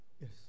Yes